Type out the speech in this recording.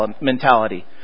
mentality